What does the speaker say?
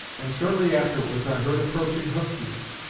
and shortly afterwards i heard approaching hoof-beats.